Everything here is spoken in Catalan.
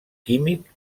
químic